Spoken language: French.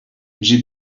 j’ai